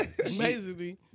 amazingly